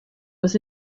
was